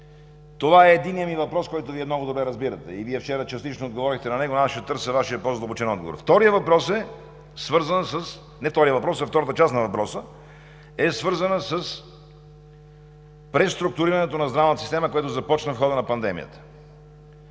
Това е единият ми въпрос, който Вие много добре разбирате. Вчера частично отговорихте на него, но аз ще търся Вашия по задълбочен отговор. Втората част на въпроса е свързана с преструктурирането на здравната система, което започна в хода на пандемията.